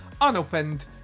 unopened